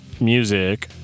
music